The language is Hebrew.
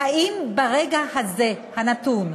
אם ברגע הזה, הנתון,